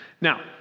Now